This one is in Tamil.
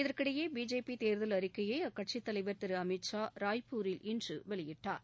இதற்கிடையே பிஜேபி தேர்தல் அறிக்கையை அக்கட்சியின் தலைவர் திரு அமித்ஷா ராய்ப்பூரில் இன்று வெளியிட்டார்